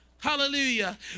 Hallelujah